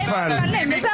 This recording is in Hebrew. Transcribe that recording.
נפל.